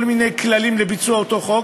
כל מיני כללים לביצוע אותו חוק.